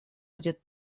будет